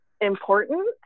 important